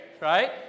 right